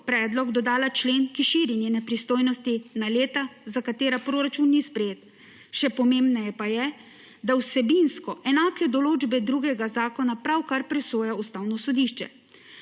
predlog dodala člen, ki širi njene pristojnosti na leta, za katera proračun ni sprejet. Še pomembneje pa je, da vsebinsko enake določbe drugega zakona pravkar presoja Ustavno sodišče.